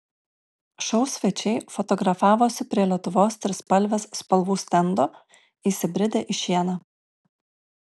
šou svečiai fotografavosi prie lietuvos trispalvės spalvų stendo įsibridę į šieną